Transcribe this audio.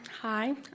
Hi